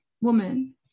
Woman